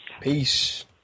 Peace